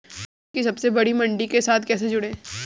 देश की सबसे बड़ी मंडी के साथ कैसे जुड़ें?